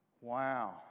Wow